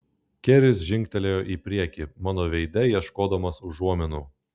keris žingtelėjo į priekį mano veide ieškodamas užuominų